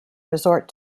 resort